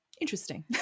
Interesting